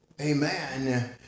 Amen